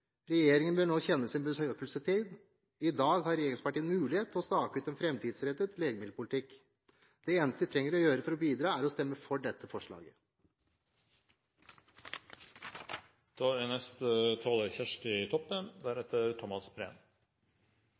Regjeringen bør nå kjenne sin besøkelsestid. I dag har regjeringspartiene mulighet til å stake ut en fremtidsrettet legemiddelpolitikk. Det eneste de trenger å gjøre for å bidra, er å stemme for dette forslaget. Forslagsstillarane meiner det er